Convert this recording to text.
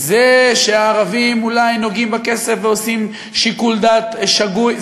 זה שהערבים אולי נוגעים בכסף ועושים שיקול דעת שגוי,